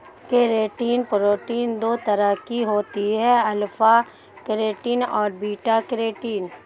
keratin protein दो तरह की होती है अल्फ़ा केरेटिन और बीटा केरेटिन